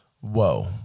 Whoa